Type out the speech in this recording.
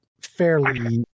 fairly